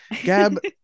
gab